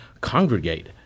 congregate